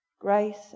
Grace